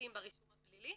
נושאים ברישום הפלילי,